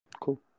Cool